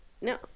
no